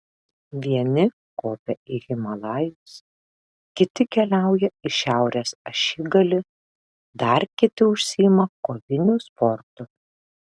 vieni kopia į himalajus kiti keliauja į šiaurės ašigalį dar kiti užsiima koviniu sportu